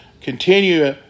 continue